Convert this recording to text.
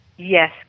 Yes